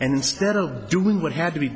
and instead of doing what had to be